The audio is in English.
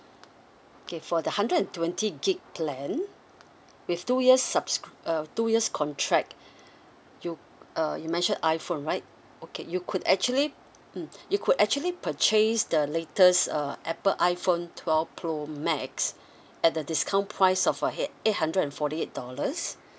okay for the hundred and twenty gig plan with two years subs~ uh two years contract you uh you mentioned iphone right okay you could actually mm you could actually purchase the latest uh apple iphone twelve pro max at the discount price of a ei~ eight hundred and forty eight dollars